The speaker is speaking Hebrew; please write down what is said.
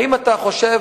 האם אתה חושב